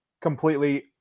completely